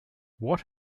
what